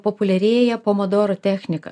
populiarėja pomodoro technika